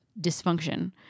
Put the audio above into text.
dysfunction